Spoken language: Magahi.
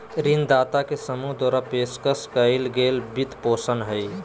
ऋणदाता के समूह द्वारा पेशकश कइल गेल वित्तपोषण हइ